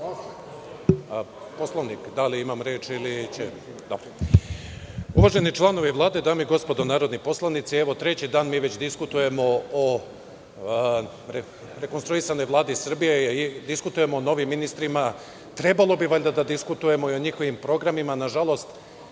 Izvolite. **Vladimir Cvijan** Uvaženi članovi Vlade, dame i gospodo narodni poslanici, evo već treći dan diskutujemo o rekonstruisanoj Vladi Srbije, diskutujemo o novim ministrima. Trebalo bi valjda da diskutujemo i o njihovim programima. Nažalost,